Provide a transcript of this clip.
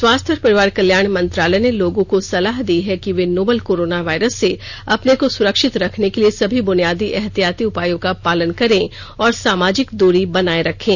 स्वास्थ्य और परिवार कल्याण मंत्रालय ने लोगों को सलाह दी है कि वे नोवल कोरोना वायरस से अपने को सुरक्षित रखने के लिए सभी बुनियादी एहतियाती उपायों का पालन करें और सामाजिक दूरी बनाए रखें